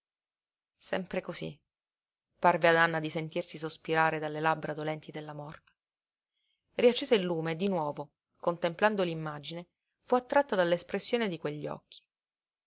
sempre cosí parve ad anna di sentirsi sospirare dalle labbra dolenti della morta riaccese il lume e di nuovo contemplando l'immagine fu attratta dall'espressione di quegli occhi